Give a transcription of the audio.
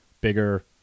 bigger